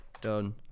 Done